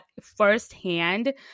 firsthand